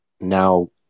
Now